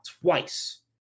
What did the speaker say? twice